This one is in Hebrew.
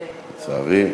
לצערי,